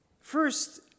First